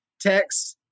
text